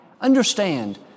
Understand